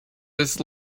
this